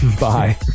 Bye